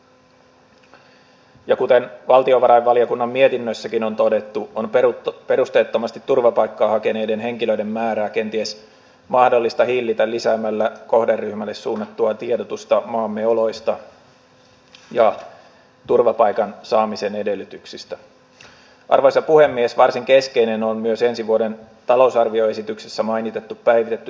siksi ministerin esiin tuoma ja useissa puheenvuoroissa esiin nostettu työllistämiskokeilu on erittäin tärkeä avaus siihen suuntaan että kunnat voisivat jatkossa kantaa enemmän vastuuta juuri arkea lähellä olevista työllistämispalveluista jotka kietoutuvat tiiviisti myös sosiaalitoimen ja elinkeinopolitiikan kanssa nivoutuen yhteen ja ovat merkittävä kokonaisuus jossa kunnat haluaisivat selvästi kantaa enemmän vastuuta